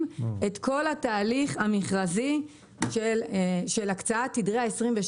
את כל התהליך המכרזי של הקצאת תדרי ה-26,